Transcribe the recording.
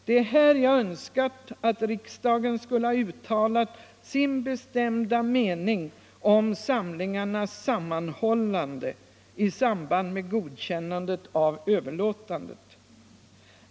Det är här som jag önskar att riksdagen skulle ha uttalat sin bestämda mening om samlingarnas sammanhållande i samband med godkännandet av överlåtandet.